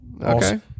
okay